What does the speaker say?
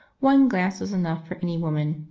one glance was enough for any woman,